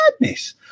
madness